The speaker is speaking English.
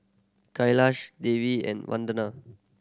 Kailash Devi and Vandana